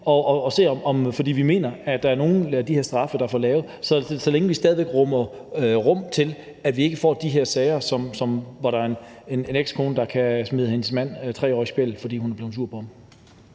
i det, for vi mener, at der er nogle af de her straffe, der er for lave. Så længe vi stadig væk giver rum til, at vi ikke får de her sager, hvor der er en ekskone, der kan smide sin mand 3 år i spjældet, fordi hun er blevet sur på ham.